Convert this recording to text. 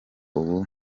ubu